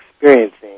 experiencing